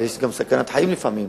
ויש גם סכנת חיים לפעמים,